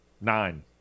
Nine